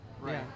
Right